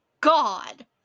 god